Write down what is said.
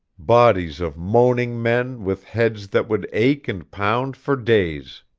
bodies of moaning men with heads that would ache and pound for days.